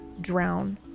drown